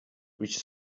which